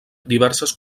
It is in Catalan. diverses